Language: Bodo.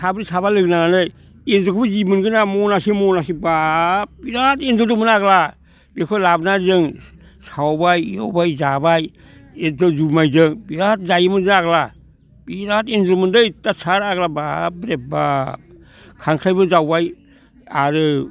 साब्रै साबा लोगो नांनानै एनजरखौबो जि मोनगोन ना मनासे मनासे बा बिराद एनजर दंमोन आग्ला बेखौ लाबोनानै जों सावबाय एवबाय जाबाय एखदम जुमायजों बिराद जायोमोन जों आग्ला बिराद एनजरमोनलै अयथासार आग्ला बाब रे बाब खांख्रायबो जावबाय आरो